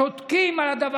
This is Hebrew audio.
ליהדות, על ידי